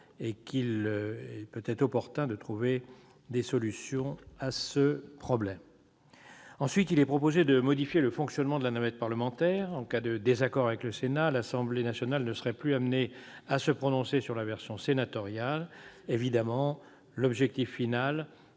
Il est peut-être opportun de trouver des solutions à ce problème. En deuxième lieu, il est proposé de modifier le fonctionnement de la navette parlementaire. En cas de désaccord avec le Sénat, l'Assemblée nationale ne serait plus amenée à se prononcer sur la version sénatoriale. Évidemment, l'objectif final